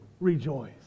rejoice